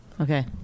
Okay